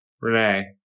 Renee